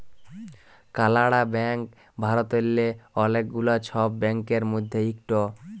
কালাড়া ব্যাংক ভারতেল্লে অলেক গুলা ছব ব্যাংকের মধ্যে ইকট